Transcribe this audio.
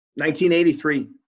1983